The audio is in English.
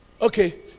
Okay